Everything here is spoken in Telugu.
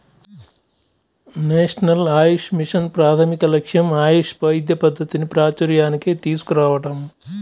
నేషనల్ ఆయుష్ మిషన్ ప్రాథమిక లక్ష్యం ఆయుష్ వైద్య పద్ధతిని ప్రాచూర్యానికి తీసుకురావటం